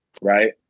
right